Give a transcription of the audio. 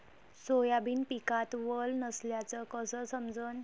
Soybean पिकात वल नसल्याचं कस समजन?